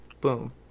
Boom